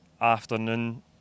afternoon